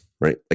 right